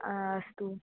अस्तु